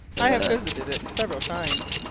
i have visited it several times.